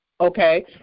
okay